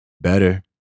Better